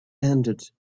ended